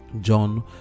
John